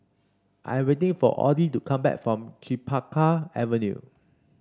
I am waiting for Oddie to come back from Chempaka Avenue